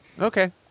okay